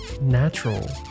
natural